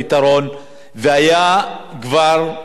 והיה כבר פתרון.